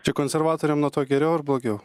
čia konservatoriam nuo to geriau ar blogiau